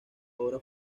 obra